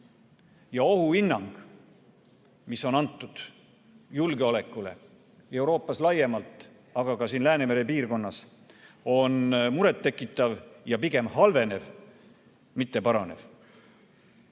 ja ohuhinnang, mis on antud julgeoleku kohta Euroopas laiemalt, aga ka siin Läänemere piirkonnas, on muret tekitav ja pigem halvenev, mitte paranev.